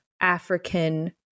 African